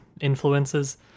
influences